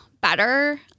better